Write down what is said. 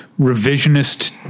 revisionist